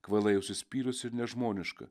kvailai užsispyrusi ir nežmoniška